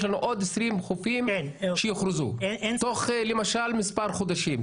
לנו עוד 20 חופים שיוכרזו תוך מספר חודשים,